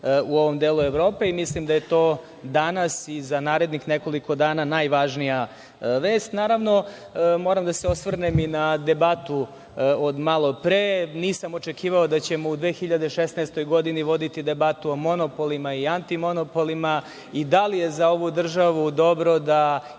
u ovom delu Evrope i mislim da je to danas i za narednih nekoliko dana najvažnija vest. Naravno, moram da se osvrnem i na debatu od malopre. Nisam očekivao da ćemo u 2016. godini voditi debatu o monopolima i antimonopolima i da li je za ovu državu dobro da imamo